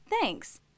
thanks